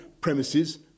premises